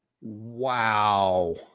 Wow